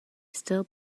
still